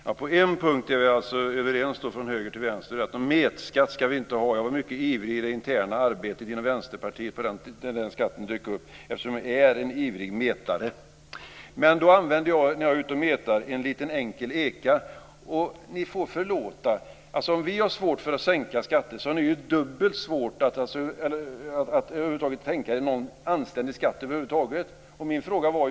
Fru talman! På en punkt är vi då överens från höger till vänster, och det är att vi inte ska ha någon metskatt. Jag var mycket ivrig i det interna arbetet inom Vänsterpartiet när den skatten dök upp eftersom jag är en ivrig metare. Men när jag är ute och metar använder jag en liten enkel eka. Ni får förlåta, men om vi har svårt att sänka skatter har ni ju dubbelt svårt att tänka er någon anständig skatt över huvud taget. Jag hade ju en fråga till er.